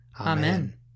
Amen